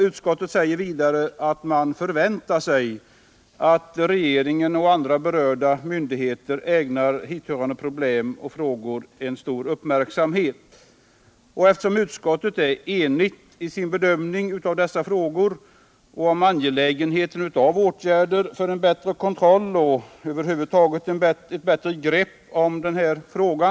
Utskottet säger vidare att man förväntar sig att regeringen och andra berörda myndigheter ägnar hithörande problem och frågor stor uppmärksamhet. älskormstrmoiiN Utskottet är enigt i sin bedömning av angelägenheten av åtgärder för Ändrade beskattbättre kontroll och över huvud taget ett bättre grepp om denna fråga.